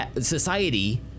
society